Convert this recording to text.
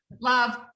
love